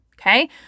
Okay